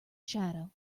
shadow